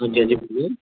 हां जी हां जी